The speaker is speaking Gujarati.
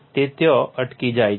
તે ત્યાં જ અટકી જાય છે